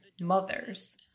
mothers